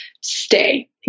stay